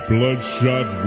Bloodshot